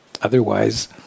Otherwise